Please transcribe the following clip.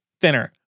thinner